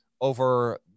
over